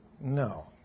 No